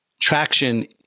traction